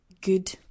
good